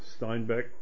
Steinbeck